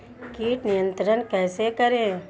कीट नियंत्रण कैसे करें?